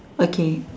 okay